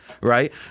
right